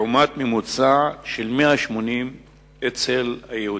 לעומת ממוצע של 180 אצל היהודים.